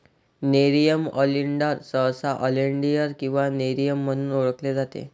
nerium oleander सहसा oleander किंवा Nerium म्हणून ओळखले जाते